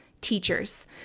teachers